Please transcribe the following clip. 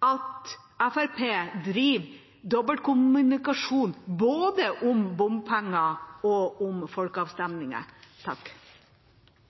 at Fremskrittspartiet driver med dobbeltkommunikasjon om både bompenger og folkeavstemninger. Fleire har ikkje bedt om